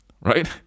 right